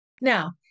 Now